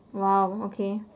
!wow! okay